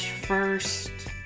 first